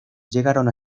llegaron